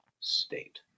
state